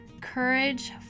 courage